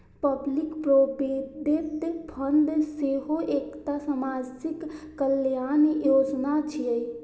public provident fund सेहो एकटा सामाजिक कल्याण योजना छियै